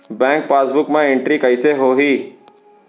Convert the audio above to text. Bank passbook मा entry कइसे होही?